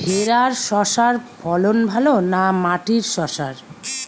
ভেরার শশার ফলন ভালো না মাটির শশার?